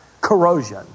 corrosion